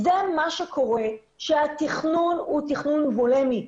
זה מה שקורה כשהתכנון הוא תכנון בולימי,